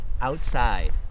outside